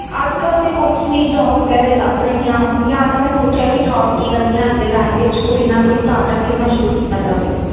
ਅੱਜ ਕੱਲ੍ਹ ਤਾਂ ਕੁਛ ਨਹੀਂ ਜੋਬ ਵਗੈਰਾ ਹੀ ਲੱਭ ਰਹੀ ਹਾਂ ਜਾਂ ਤਾਂ ਮੈਂ ਸੋਚਿਆ ਕਿ ਜੋਬ ਕੀ ਕਰਨੀ ਆ ਅੱਜ ਦੇ ਟਾਈਮ ਵਿੱਚ ਕੋਈ ਨਾ ਕੋਈ ਸਟਾਰਟਅੱਪ ਕਿਉਂ ਨਾ ਸ਼ੁਰੂ ਕੀਤਾ ਜਾਵੇ